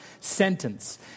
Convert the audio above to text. sentence